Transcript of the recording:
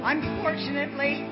Unfortunately